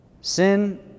Sin